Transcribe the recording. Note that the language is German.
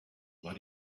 war